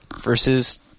versus